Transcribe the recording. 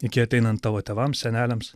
iki ateinant tavo tėvams seneliams